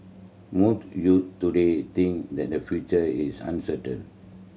most youths today think that their future is uncertain